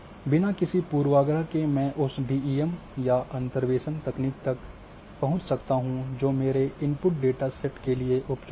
बिना किसी पूर्वाग्रह के मैं उस डीईएम या अंतर्वेशन तकनीक तक पहुंच सकता हूं जो मेरे इनपुट डेटा सेट के लिए उपयुक्त है